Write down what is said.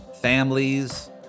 families